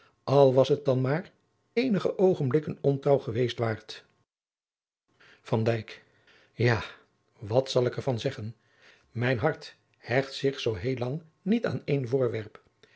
al was het dan maar eenige oogenblikken ongetrouw geweest waart van dijk ja wat zal ik er van zeggen mijn hart hecht zich zoo heel lang niet aan één voorwerp